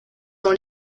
dans